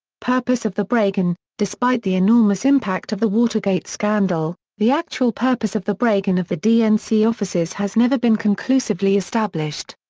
purpose of the break-in despite the enormous impact of the watergate scandal, the actual purpose of the break-in of the dnc offices has never been conclusively established.